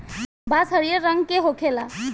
बांस हरियर रंग के होखेला